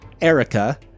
Erica